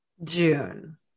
June